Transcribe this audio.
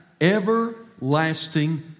everlasting